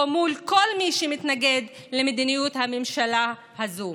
או מול כל מי שמתנגד למדיניות הממשלה הזאת.